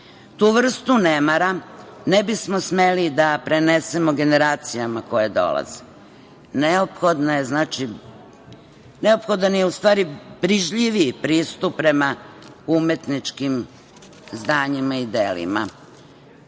vrstu nemara ne bismo smeli da prenesemo generacijama koje dolaze. Neophodan je, u stvari, brižljiviji pristup prema umetničkim zdanjima i delima.